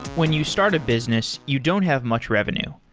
when you start a business, you don't have much revenue.